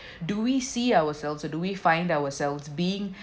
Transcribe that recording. do we see ourselves or do we find ourselves being